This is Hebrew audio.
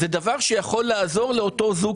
זה דבר שיכול לעזור לאותו זוג